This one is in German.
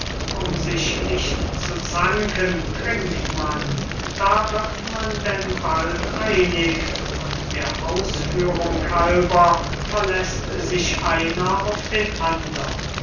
um sich nicht zu zanken trinkt man da wird man denn bald einig und der ausführung halber verläßt sich einer auf den andern